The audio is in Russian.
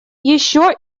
еще